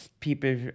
People